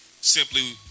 simply